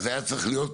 היה צריך להיות,